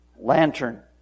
Lantern